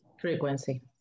Frequency